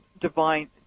divine